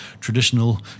traditional